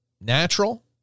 natural